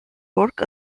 work